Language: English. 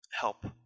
help